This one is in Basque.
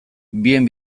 bien